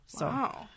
Wow